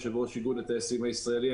יושב-ראש איגוד הטייסים הישראלי.